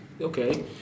okay